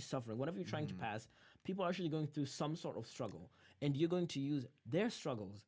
suffering what are you trying to pass people actually going through some sort of struggle and you're going to use their struggles